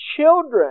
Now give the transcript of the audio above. children